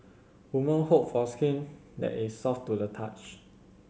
women hope for skin that is soft to the touch